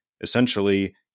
essentially